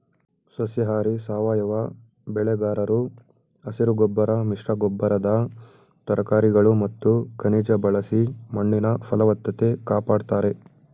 ಸಸ್ಯಾಹಾರಿ ಸಾವಯವ ಬೆಳೆಗಾರರು ಹಸಿರುಗೊಬ್ಬರ ಮಿಶ್ರಗೊಬ್ಬರದ ತರಕಾರಿಗಳು ಮತ್ತು ಖನಿಜ ಬಳಸಿ ಮಣ್ಣಿನ ಫಲವತ್ತತೆ ಕಾಪಡ್ತಾರೆ